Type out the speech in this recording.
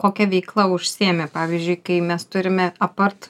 kokia veikla užsiimi pavyzdžiui kai mes turime apart